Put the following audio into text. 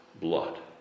blood